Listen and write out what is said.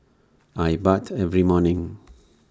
I bathe every morning